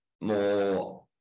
more